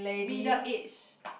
middle age